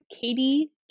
Katie